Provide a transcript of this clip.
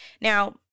Now